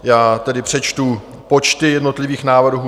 Já tedy přečtu počty jednotlivých návrhů.